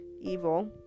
evil